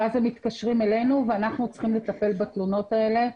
ואז הוא מתקשר אלינו ואנחנו צריכים לטפל בתלונות האלה.